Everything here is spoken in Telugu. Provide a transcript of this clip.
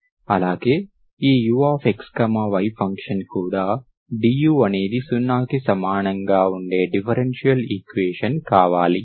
అలాగే ఈ uxy ఫంక్షన్ కూడా du అనేది 0 కి సమానం గా ఉండే డిఫరెన్షియల్ ఈక్వేషన్ కావాలి